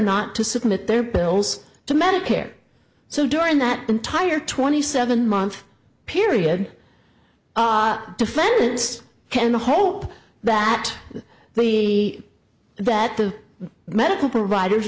not to submit their bills to medicare so during that entire twenty seven month period defense can hope that the that the medical providers